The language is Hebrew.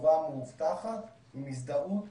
בצורה מאובטחת, עם הזדהות